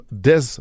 Des